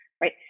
right